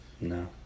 No